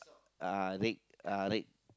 uh red uh red